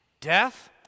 death